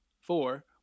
four